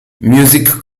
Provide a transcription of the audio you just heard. music